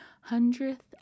hundredth